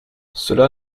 cela